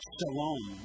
Shalom